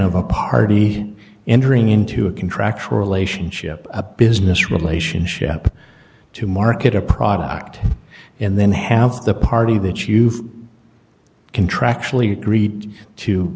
of a party entering into a contractual relationship a business relationship to market a product and then have the party that you've contractually agreed to